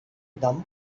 dumb